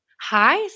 Hi